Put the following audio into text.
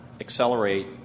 accelerate